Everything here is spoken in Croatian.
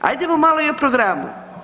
Ajdemo malo i o programu.